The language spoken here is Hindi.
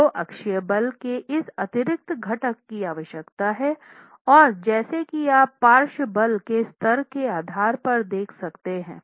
तो अक्षीय बल के इस अतिरिक्त घटक की आवश्यकता है और जैसा कि आप पार्श्व बल के स्तर के आधार पर देख सकते हैं